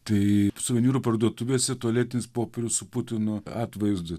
tai suvenyrų parduotuvėse tualetinis popierius su putino atvaizdu